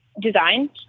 design